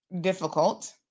difficult